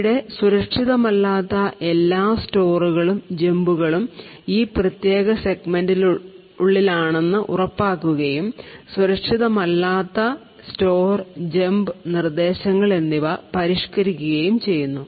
ഇവിടെ സുരക്ഷിതമല്ലാത്ത എല്ലാ സ്റ്റോറുകളും ജമ്പുകളും ഈ പ്രത്യേക സെഗ്മെന്റിനുള്ളിലാണെന്ന് ഉറപ്പാക്കുകയും സുരക്ഷിതമല്ലാത്ത സ്റ്റോർ ജമ്പ് നിർദ്ദേശങ്ങൾ എന്നിവ പരിഷ്ക്കരിക്കുകയും ചെയ്തു